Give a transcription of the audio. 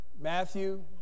Matthew